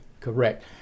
Correct